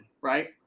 right